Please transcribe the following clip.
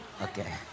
Okay